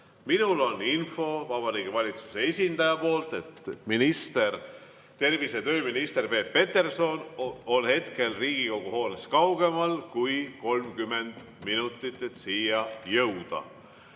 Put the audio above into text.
Minul on info Vabariigi Valitsuse esindaja poolt, et tervise‑ ja tööminister Peep Peterson on hetkel Riigikogu hoonest kaugemal kui 30 minutit. Ja nüüd